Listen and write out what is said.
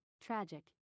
tragic